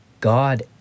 God